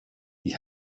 die